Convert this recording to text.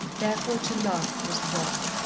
therefore to love was wrong.